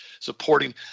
supporting